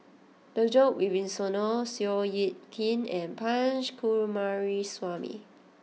Djoko Wibisono Seow Yit Kin and Punch Coomaraswamy